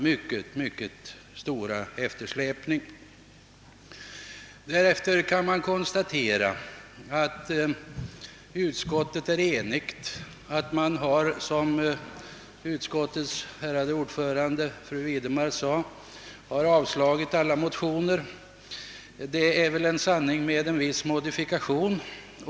Utskottets ärade ordförande fru Gärde Widemar sade att utskottet varit enigt om att avstyrka samtliga motioner, men det är väl en sanning med modifikation.